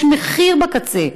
בקצה,